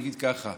נגיד כך: